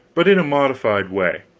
but in a modified way.